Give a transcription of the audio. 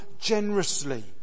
generously